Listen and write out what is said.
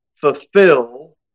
Fulfill